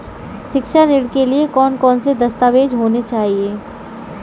शिक्षा ऋण के लिए कौन कौन से दस्तावेज होने चाहिए?